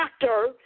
doctor